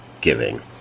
giving